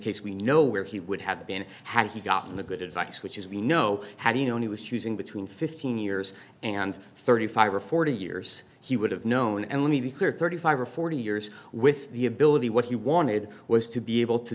case we know where he would have been had he gotten the good advice which is we know how do you know he was choosing between fifteen years and thirty five or forty years he would have known and let me be clear thirty five or forty years with the ability what he wanted was to be able to